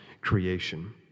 creation